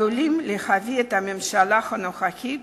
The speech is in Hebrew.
עלולים להביא את הממשלה הנוכחית